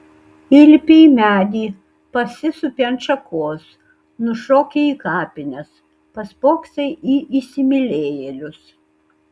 įlipi į medį pasisupi ant šakos nušoki į kapines paspoksai į įsimylėjėlius